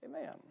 Amen